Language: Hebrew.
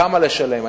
כמה לשלם,